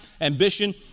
ambition